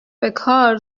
بکار